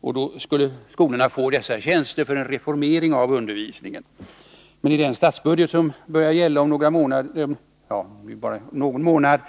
Skolorna skulle få dessa tjänster för att genomföra en reformering av undervisningen, men i den statsbudget som börjar gälla om bara någon månad